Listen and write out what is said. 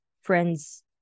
friends